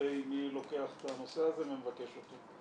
לגבי מי לוקח את הנושא הזה ומבקש אותו.